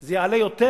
זה יעלה יותר,